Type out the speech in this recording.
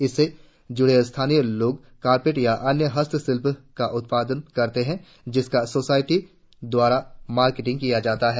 इससे जुड़े स्थानीय लोग कारपेट या अन्य हस्तशिल्प का उत्पादन करते है जिसका सोसायटी द्वारा मार्केटिंग किया जाता है